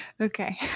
okay